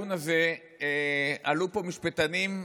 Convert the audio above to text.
עלו פה כמה משפטנים,